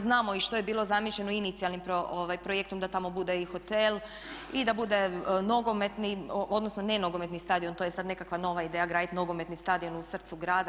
Znamo i što je bilo zamišljeno inicijalnim projektom da tamo bude i hotel i da bude nogometni odnosno ne nogometni stadion to je sad nekakva nova ideja graditi nogometni stadion u srcu grada.